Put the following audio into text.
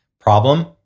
Problem